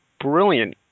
brilliant